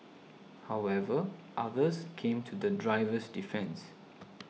however others came to the driver's defence